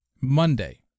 Monday